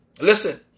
listen